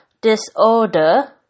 disorder